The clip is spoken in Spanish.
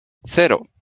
cero